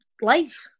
life